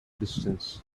distance